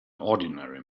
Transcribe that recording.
ordinary